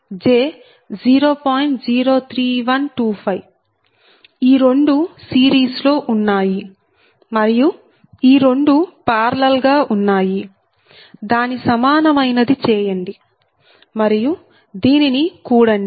03125ఈ రెండూ సిరీస్ లో ఉన్నాయి మరియు ఈ రెండూ పార్లల్ గా ఉన్నాయి దాని సమానమైన ది చేయండి మరియు దీనిని కూడండి